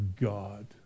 God